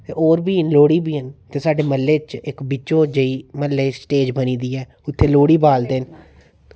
ते होर लोह्ड़ी बी ऐ जेह्ड़ी साढ़े म्हल्लै च स्टेज बनी दी ऐ उत्थें लोह्ड़ी बालदे न